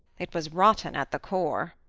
it was rotten at the core.